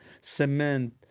cement